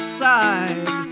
side